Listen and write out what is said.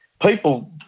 People